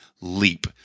leap